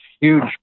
huge